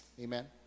Amen